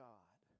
God